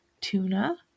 Tuna